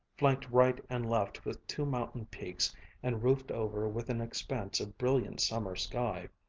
flanked right and left with two mountain peaks and roofed over with an expanse of brilliant summer sky.